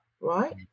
right